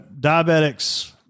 diabetics